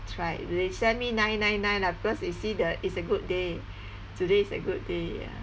tried but they send me nine nine nine lah because you see the it's a good day today's a good day ya